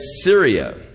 Syria